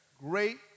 great